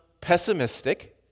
pessimistic